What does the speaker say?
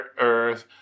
Earth